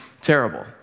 Terrible